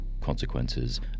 consequences